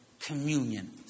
communion